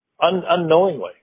unknowingly